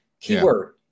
Keyword